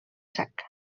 sac